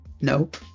Nope